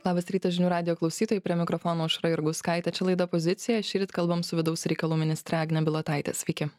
labas rytas žinių radijo klausytojai prie mikrofono aušra jurgauskaitė čia laida pozicija šįryt kalbam su vidaus reikalų ministre agne bilotaite sveiki